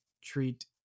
treat